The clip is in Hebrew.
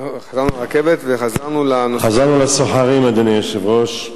חזרנו לרכבת וחזרנו לנושא, אדוני היושב-ראש,